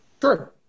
Sure